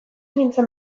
nintzen